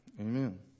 Amen